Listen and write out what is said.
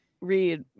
read